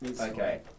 Okay